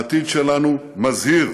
העתיד שלנו מזהיר.